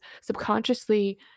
subconsciously